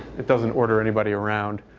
it doesn't order anybody around.